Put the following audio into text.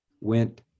went